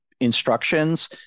instructions